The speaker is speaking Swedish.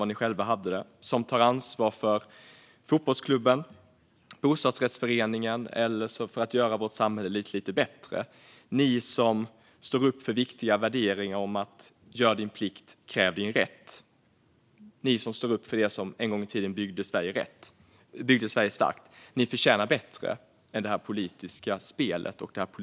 Jag vill rikta mig till er som tar ansvar för fotbollsklubben, för bostadsrättsföreningen eller för att göra vårt samhälle lite, lite bättre, till er som står upp för viktiga värderingar om att göra sin plikt och kräva sin rätt - till er som står upp för det som en gång i tiden byggde Sverige starkt. Ni förtjänar bättre än politiskt spel och taktiserande.